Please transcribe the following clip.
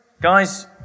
Guys